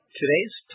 Today's